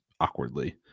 awkwardly